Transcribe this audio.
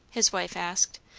his wife asked,